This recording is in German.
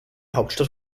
hauptstadt